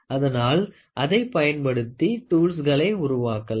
அதனால் அதைப் பயன்படுத்தி டூல்ஸ்களை உருவாக்கலாம்